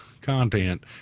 content